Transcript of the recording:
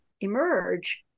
emerge